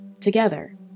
together